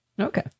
okay